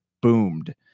boomed